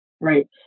Right